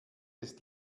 ist